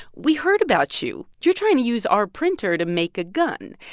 we heard about you. you're trying to use our printer to make a gun.